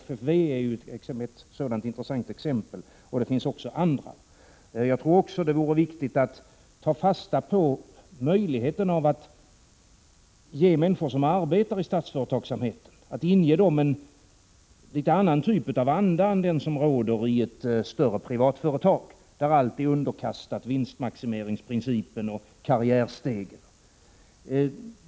FFV är ett intressant exempel på detta, och det finns många andra. Det vore viktigt att ta fasta på möjligheten att inge människor som arbetar inom statsföretagsamhet en litet annan typ av anda än den som råder i ett större privatföretag, där allting är underkastat vinstmaximeringsprincipen och karriärstegen.